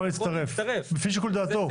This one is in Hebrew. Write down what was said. יכול להצטרף, לפי שיקול דעתו.